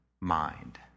mind